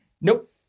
Nope